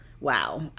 Wow